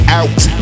out